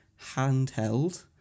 handheld